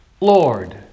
Lord